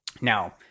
now